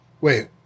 Wait